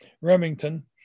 Remington